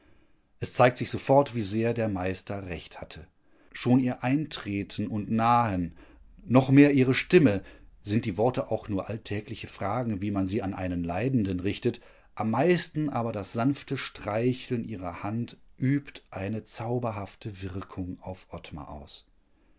es zeigt sich sofort wie sehr der meister recht hatte schon ihr eintreten und nahen noch mehr ihre stimme sind die worte auch nur alltägliche fragen wie man sie an einen leidenden richtet am meisten aber das sanfte streicheln ihrer hand übt eine zauberhafte wirkung auf ottmar aus